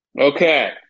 Okay